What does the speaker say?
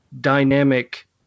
dynamic